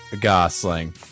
Gosling